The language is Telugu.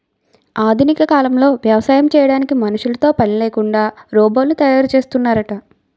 ఆధునిక కాలంలో వ్యవసాయం చేయడానికి మనుషులతో పనిలేకుండా రోబోలను తయారు చేస్తున్నారట